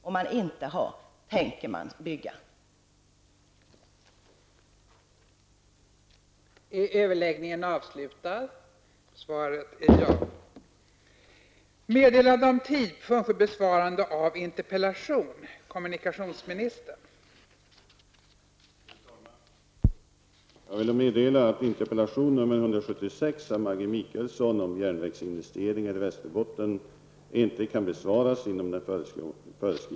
Om man inte har det, tänker man bygga ett sådant?